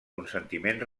consentiment